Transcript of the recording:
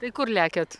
tai kur lekiat